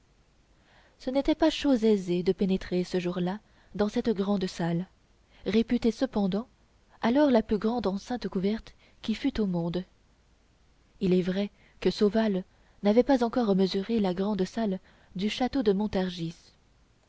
ce n'était pas chose aisée de pénétrer ce jour-là dans cette grand salle réputée cependant alors la plus grande enceinte couverte qui fût au monde il est vrai que sauval n'avait pas encore mesuré la grande salle du château de montargis